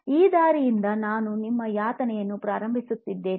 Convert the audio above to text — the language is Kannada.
ಈ ದಾರಿಯಿಂದ ನಾನು ನನ್ನ ಯಾತನೆಯನ್ನು ಪ್ರಾರಂಭಿಸಲಿದ್ದೇನೆ